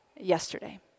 yesterday